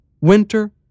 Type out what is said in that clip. Winter